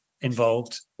involved